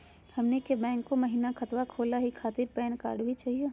हमनी के बैंको महिना खतवा खोलही खातीर पैन कार्ड भी चाहियो?